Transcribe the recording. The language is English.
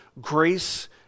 Grace